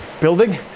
building